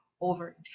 over